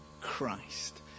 Christ